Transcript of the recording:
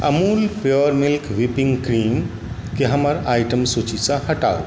Amul pure milk whipping क्रीमके हमर item सूचीसँ हटाउ